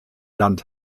land